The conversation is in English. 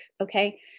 Okay